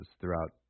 throughout